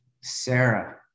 Sarah